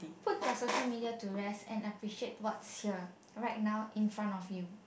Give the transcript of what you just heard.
put your social media to rest and appreciate what's here right now in front of you